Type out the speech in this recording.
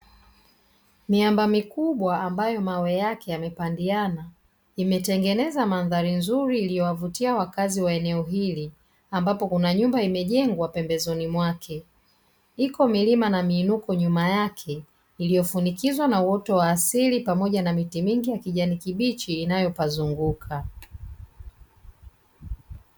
Miamba mikubwa ambayo mawe yake yamepandiana imetengeneza mandhari nzuri iliyowavutia wakazi wa eneo hili ambapo kuna nyumba imejengwa pembezoni mwake. Iko milima na miinuko nyuma yake iliyofunikizwa na uoto wa asili pamoja na miti mingi ya kijani kibichi inayopazunguka.